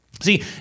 See